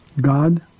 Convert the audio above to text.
God